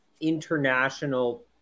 international